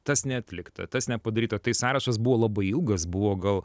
tas neatlikta tas nepadaryta tai sąrašas buvo labai ilgas buvo gal